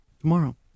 tomorrow